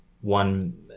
one